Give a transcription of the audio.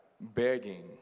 begging